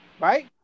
right